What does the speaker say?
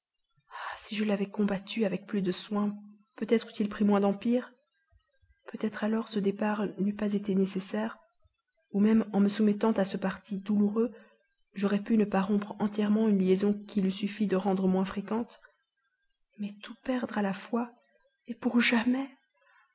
si je l'avais combattu avec plus de soin peut-être eût-il pris moins d'empire peut-être alors ce départ n'eût pas été nécessaire ou même en me soumettant à ce parti douloureux j'aurais pu ne pas rompre entièrement une liaison qu'il eût suffi de rendre moins fréquente mais tout perdre à la fois et pour jamais